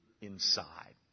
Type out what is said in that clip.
inside